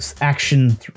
Action